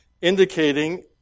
indicating